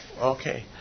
Okay